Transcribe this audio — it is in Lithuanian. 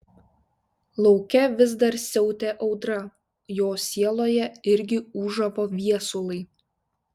lauke vis dar siautė audra jo sieloje irgi ūžavo viesulai